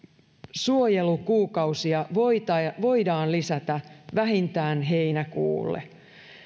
suojelukuukausia voidaan lisätä vähintään heinäkuulle